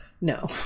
No